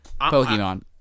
Pokemon